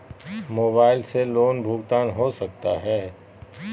Mobile से loan भुगतान हो सकता है?